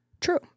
True